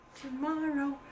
Tomorrow